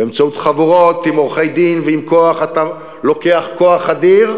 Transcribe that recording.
באמצעות חבורות עם עורכי-דין ועם כוח אתה לוקח כוח אדיר,